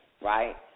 right